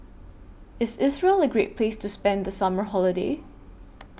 IS Israel A Great Place to spend The Summer Holiday